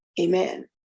amen